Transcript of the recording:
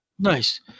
nice